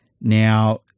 Now